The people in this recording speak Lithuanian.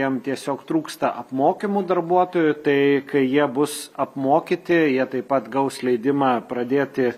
jiem tiesiog trūksta apmokymų darbuotojų tai kai jie bus apmokyti jie taip pat gaus leidimą pradėti